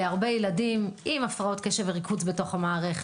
להרבה ילדים עם הפרעות קשב וריכוז במערכת,